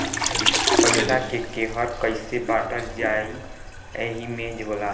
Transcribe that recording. पइसा के केहर कइसे बाँटल जाइ एही मे होला